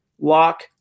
Lock